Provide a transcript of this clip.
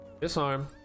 Disarm